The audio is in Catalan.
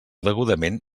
degudament